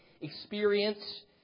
experience